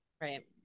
Right